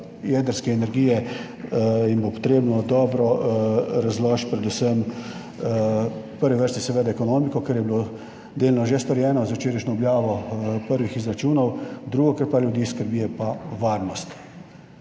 jedrske energije in bo treba dobro razložiti predvsem v prvi vrsti seveda ekonomiko, kar je bilo delno že storjeno z včerajšnjo objavo prvih izračunov, drugo, kar pa ljudi skrbi, je pa varnost.